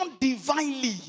divinely